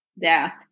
death